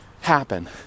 happen